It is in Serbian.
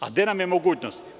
A gde nam je mogućnost?